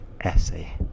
essay